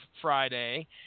Friday